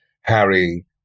Harry